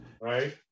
right